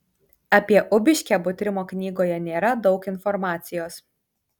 apie ubiškę butrimo knygoje nėra daug informacijos